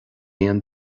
aon